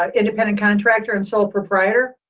like independent contractor and sole proprietor?